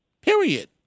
period